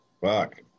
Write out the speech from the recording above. fuck